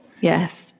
Yes